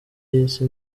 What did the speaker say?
y’isi